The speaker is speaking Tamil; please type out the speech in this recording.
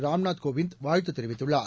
ராம்நாத் கோவிந்த் வாழ்த்து தெரிவித்துள்ளார்